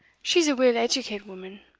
she's a weel-educate woman,